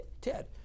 Ted